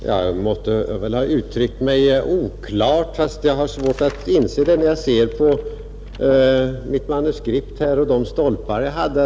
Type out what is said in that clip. Fru talman! Jag måste ha uttryckt mig oklart, fastän jag har svårt att inse det när jag ser på mitt manuskript och på de stolpar jag hade.